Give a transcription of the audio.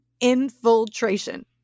infiltration